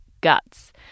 guts